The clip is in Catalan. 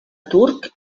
turc